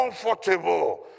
comfortable